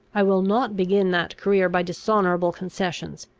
i will not begin that career by dishonourable concessions.